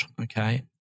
okay